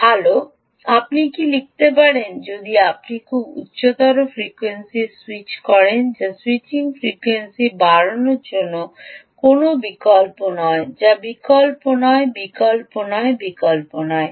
ভাল আপনি কী লিখতে পারেন যদি আপনি খুব উচ্চ ফ্রিকোয়েন্সি স্যুইচ করেন যা স্যুইচিং ফ্রিকোয়েন্সি বাড়ানোর জন্য কোনও বিকল্প নয় যা বিকল্প নয় বিকল্প নয় বিকল্প নয়